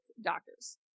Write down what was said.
doctors